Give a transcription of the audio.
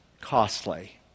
costly